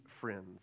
friends